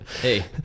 Hey